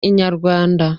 inyarwanda